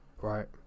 Right